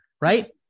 right